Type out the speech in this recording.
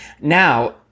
Now